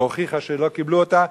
והוכיחה שלא קיבלו אותה.